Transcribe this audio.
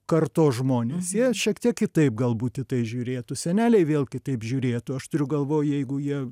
kartos žmonės jie šiek tiek kitaip galbūt į tai žiūrėtų seneliai vėl kitaip žiūrėtų aš turiu galvoj jeigu jie